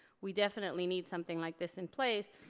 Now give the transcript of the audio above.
we definitely need something like this in place.